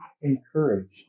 encouraged